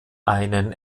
einen